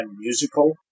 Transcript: musical